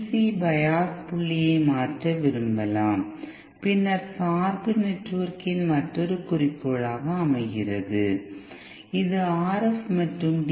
C bias புள்ளியை மாற்ற விரும்பலாம் பின்னர் சார்பு நெட்வொர்க்கின் மற்றொரு குறிக்கோளாக அமைகிறது இது RF மற்றும் டி